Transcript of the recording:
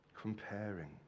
Comparing